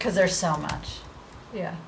because there's so much yeah